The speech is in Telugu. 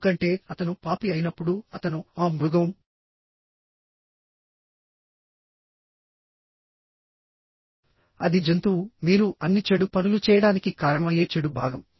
ఎందుకంటే అతను పాపి అయినప్పుడు అతను ఆ మృగం అది జంతువు మీరు అన్ని చెడు పనులు చేయడానికి కారణమయ్యే చెడు భాగం